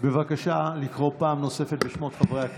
בבקשה לקרוא פעם נוספת בשמות חברי הכנסת.